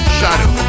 shadow